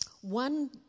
One